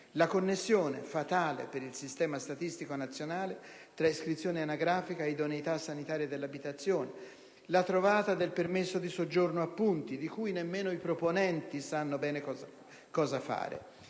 la connessione - fatale per il sistema statistico nazionale - tra iscrizione anagrafica e idoneità sanitaria dell'abitazione; la trovata del permesso di soggiorno a punti, di cui nemmeno i proponenti sanno bene cosa fare.